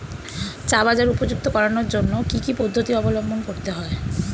চা বাজার উপযুক্ত করানোর জন্য কি কি পদ্ধতি অবলম্বন করতে হয়?